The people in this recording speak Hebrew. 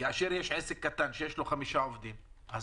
כאשר יש עסק קטן שיש לו חמישה עובדים אז